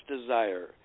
desire